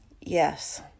yes